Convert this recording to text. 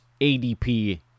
adp